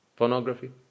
Pornography